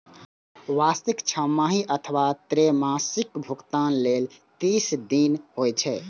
वार्षिक, छमाही अथवा त्रैमासिक भुगतान लेल तीस दिन होइ छै